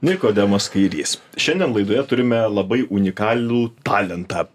nikodemas kairys šiandien laidoje turime labai unikalų talentą